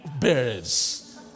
birds